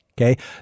Okay